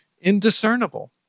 indiscernible